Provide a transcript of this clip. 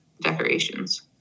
decorations